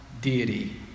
deity